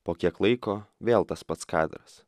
po kiek laiko vėl tas pats kadras